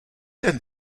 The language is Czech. ten